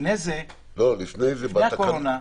לפני הקורונה.